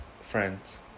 friends